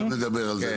אנחנו תיכף נדבר על זה,